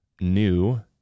new